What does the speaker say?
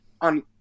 on